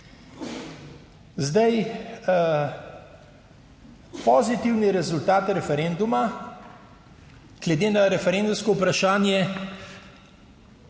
Zdaj, pozitivni rezultat referenduma glede na referendumsko vprašanje